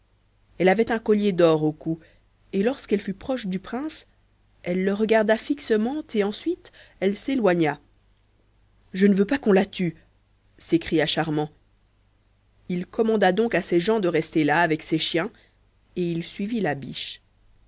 elle avait un collier d'or au cou et lorsqu'elle fut proche du prince elle le regarda fixement et ensuite s'éloigna je ne veux pas qu'on la tue s'écria charmant il commanda donc à ses gens de rester là avec ses chiens et il suivit la biche